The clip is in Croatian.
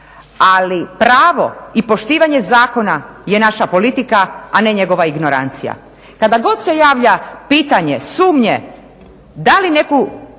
ali pravo i poštivanje zakona je naša politika, a ne njegova ignorancija. Kada god se javlja pitanje sumnje da li neku